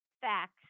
facts